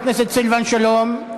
חבר הכנסת סילבן שלום,